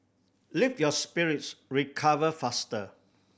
lift your spirits recover faster